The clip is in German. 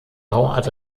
bauart